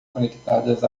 conectadas